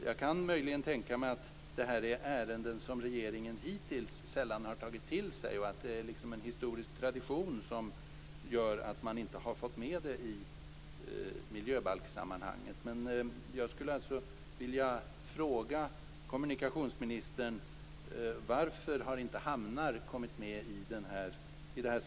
Jag kan möjligen tänka mig att detta är ärenden som regeringen hittills sällan har tagit till sig, att det är en historisk tradition som gör att man inte har fått med hamnar i miljöbalkssammanhang. Jag vill då fråga kommunikationsministern: Varför har inte hamnar kommit med på denna lista?